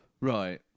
Right